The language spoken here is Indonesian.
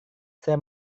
saya